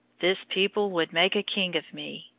this people would make a king of me,